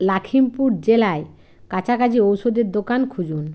লাখিমপুর জেলায় কাছাকাছি ওষুধের দোকান খুঁজুন